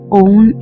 own